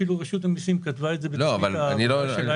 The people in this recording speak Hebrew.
אפילו רשות המיסים כתבה את זה בתוכנית העבודה שלהם.